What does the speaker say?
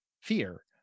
fear